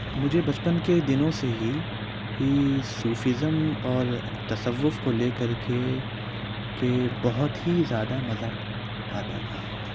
مجھے بچپن کے دِنوں سے ہی ہی صوفیزم اور تصّوف کو لے کر کے کے بہت ہی زیادہ مزہ آتا تھا